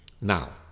now